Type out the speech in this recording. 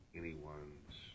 anyone's